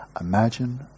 imagine